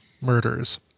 murders